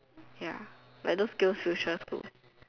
ya like those skills future school